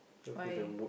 why